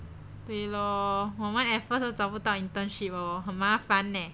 对咯我们 at first 都找不到 internship lor 很麻烦哪